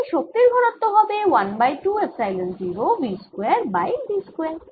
তাই শক্তির ঘনত্ব হবে 1 বাই 2 এপসাইলন 0 V 0স্কয়ার বাই d স্কয়ার